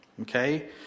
okay